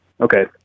Okay